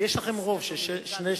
יש לכם רוב של שני-שלישים.